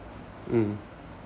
mm